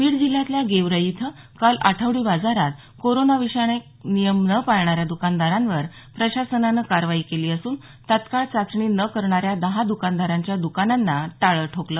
बीड जिल्ह्यातल्या गेवराई इथं काल आठवडी बाजारात कोरोना विषयक नियम न पाळणाऱ्या दुकानदारांवर प्रशासनानं कारवाई केली असून तात्काळ चाचणी न करणाऱ्याया दहा दुकानदारांच्या दुकांनांना टाळं ठोकलं